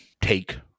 take